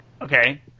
Okay